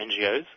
NGOs